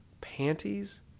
panties